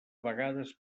vegades